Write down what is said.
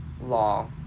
law